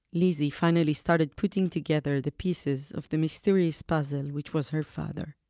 lizzie finally started putting together the pieces of the mysterious puzzle which was her father